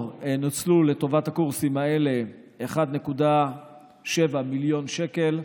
נוצלו לטובת הקורסים האלה 1.7 מיליון שקל,